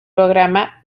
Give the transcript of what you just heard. programa